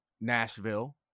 Nashville